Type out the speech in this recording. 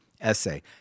essay